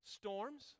Storms